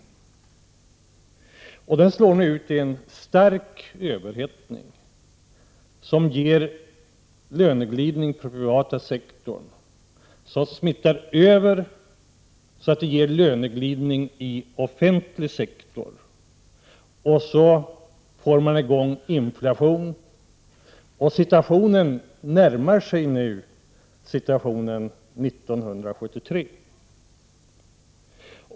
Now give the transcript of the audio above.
Den slår nu ut i en stark överhettning, som ger löneglidning på den privata sektorn — som i sin tur smittar och ger löneglidning i den offentliga sektorn. Så får man i gång inflationen, och situationen närmar sig nu den som rådde 1973.